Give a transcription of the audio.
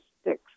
sticks